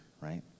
right